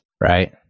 Right